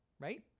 right